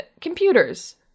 computers